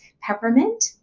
peppermint